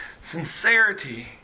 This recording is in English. sincerity